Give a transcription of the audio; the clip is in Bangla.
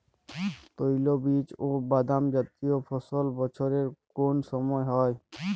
তৈলবীজ ও বাদামজাতীয় ফসল বছরের কোন সময় হয়?